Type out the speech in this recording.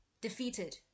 defeated